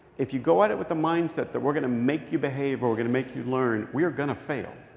if you go at it with the mindset that we're going to make you behave, or we're going to make you learn, we are going to fail.